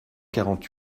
quarante